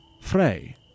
Frey